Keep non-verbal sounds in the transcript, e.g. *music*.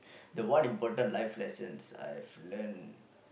*breath* the one important life lessons I've learnt